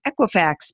Equifax